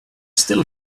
still